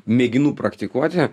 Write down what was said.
mėginu praktikuoti